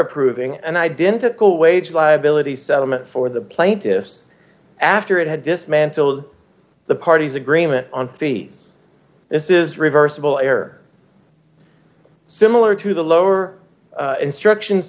approving and identical wage liability d settlement for the plaintiffs after it had dismantled the party's agreement on fees this is reversible error similar to the lower instructions